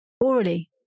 Orally